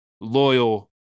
loyal